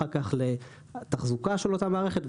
אחר כך לתחזוקה של אותה מערכת,